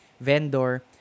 vendor